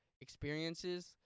experiences